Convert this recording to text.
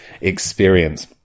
experience